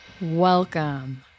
Welcome